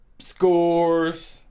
scores